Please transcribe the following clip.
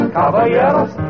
caballeros